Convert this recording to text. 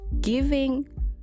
giving